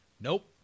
Nope